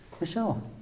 Michelle